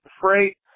freight